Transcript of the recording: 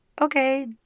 okay